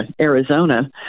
Arizona